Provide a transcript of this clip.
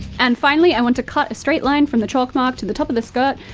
and finally, i want to cut a straight line from the chalk mark to the top of the skirt,